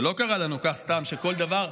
זה לא קרה לנו כך סתם, שכל דבר,